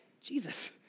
Jesus